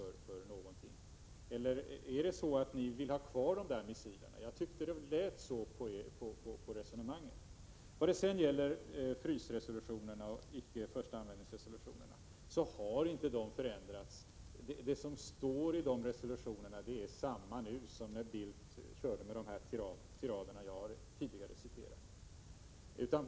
Eller är det så att ni vill ha kvar dessa missiler? Jag tyckte att det lät så på resonemanget. När det sedan gäller frysningsresolutionerna och icke-första-användningsresolutionerna så har de inte förändrats. Vad som står i dessa resolutioner är detsamma som när Bildt körde med de tirader jag tidigare citerat.